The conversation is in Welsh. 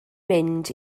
mynd